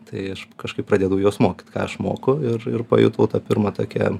tai aš kažkaip pradėdavau juos mokyt ką aš moku ir ir pajutau tą pirmą tokią